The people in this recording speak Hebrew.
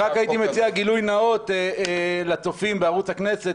רק הייתי מציע גילוי נאות לצופים בערוץ הכנסת